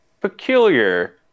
Peculiar